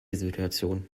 situation